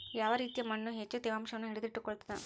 ಯಾವ ರೇತಿಯ ಮಣ್ಣು ಹೆಚ್ಚು ತೇವಾಂಶವನ್ನು ಹಿಡಿದಿಟ್ಟುಕೊಳ್ತದ?